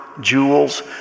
jewels